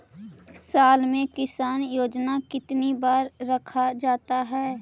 साल में किसान योजना कितनी बार रखा जाता है?